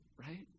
right